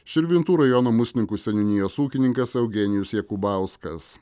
širvintų rajono musninkų seniūnijos ūkininkas eugenijus jakubauskas